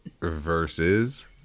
versus